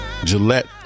Gillette